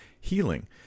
healing